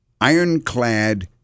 ironclad